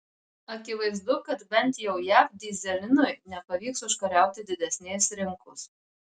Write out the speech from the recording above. akivaizdu kad bent jau jav dyzelinui nepavyks užkariauti didesnės rinkos